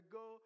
go